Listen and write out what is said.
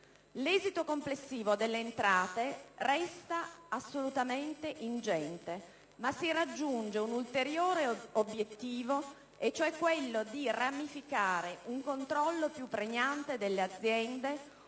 L'esito complessivo delle entrate resta assolutamente ingente, ma si raggiunge l'ulteriore obiettivo di ramificare un controllo più pregnante delle aziende,